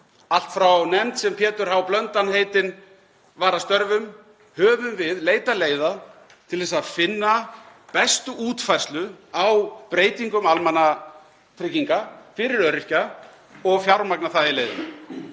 Allt frá því að nefnd Péturs H. Blöndals heitins var að störfum höfum við leitað leiða til að finna bestu útfærslu á breytingum almannatrygginga fyrir öryrkja og fjármagna það í leiðinni.